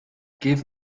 give